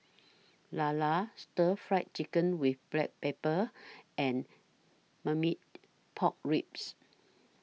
Lala Stir Fried Chicken with Black Pepper and Marmite Pork Ribs